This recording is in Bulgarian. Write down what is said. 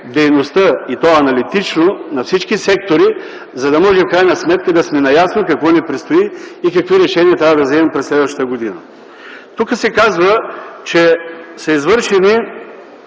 дейността на всички сектори, за да може да сме наясно какво ни предстои и какви решения трябва да вземем през следващата година. Тук се казва, че са извършени